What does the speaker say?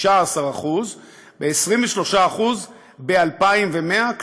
16% ו-23% ב-2100,